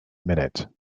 minute